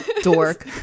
dork